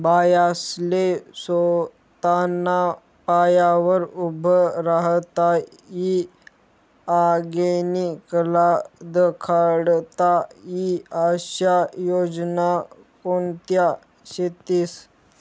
बायास्ले सोताना पायावर उभं राहता ई आंगेनी कला दखाडता ई आशा योजना कोणत्या शेतीस?